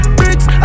bricks